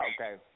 Okay